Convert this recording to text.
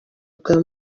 bwa